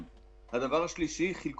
הדבר השני שהייתי